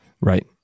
Right